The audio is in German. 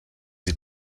sie